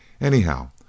Anyhow